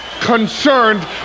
concerned